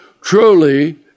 Truly